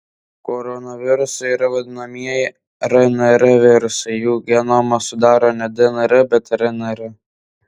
koronavirusai yra vadinamieji rnr virusai jų genomą sudaro ne dnr bet rnr